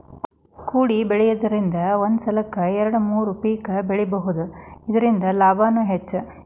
ಕೊಡಿಬೆಳಿದ್ರಂದ ಒಂದ ಸಲಕ್ಕ ಎರ್ಡು ಮೂರು ಪಿಕ್ ಬೆಳಿಬಹುದು ಇರ್ದಿಂದ ಲಾಭಾನು ಹೆಚ್ಚ